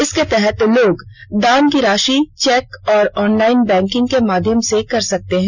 इसके तहत लोग दान की राषि चेक और ऑनलाईन बैंकिंग के माध्यम से कर सकते हैं